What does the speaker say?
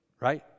Right